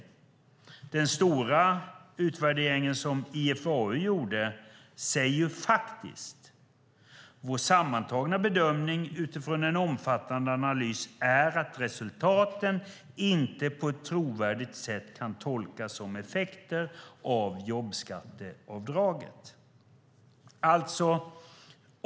I den stora utvärdering som IFAU gjorde sägs faktiskt: "Vår sammantagna bedömning utifrån en omfattande analys är att resultaten inte på ett trovärdigt sätt kan tolkas som effekter av jobbskatteavdraget."